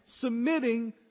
submitting